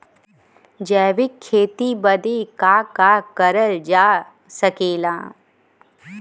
जैविक खेती बदे का का करल जा सकेला?